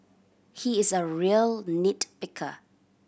he is a real nit picker